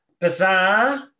bizarre